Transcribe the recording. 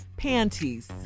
Panties